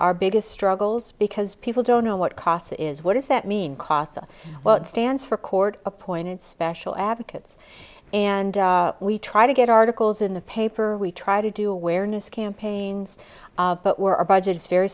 our biggest struggles because people don't know what casa is what does that mean casa well it stands for court appointed special advocates and we try to get articles in the paper we try to do awareness campaigns but were a budget is very